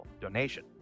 donation